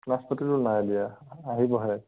নাচপতিটো নাই দিয়া আহিবহে